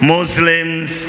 Muslims